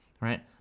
right